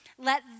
let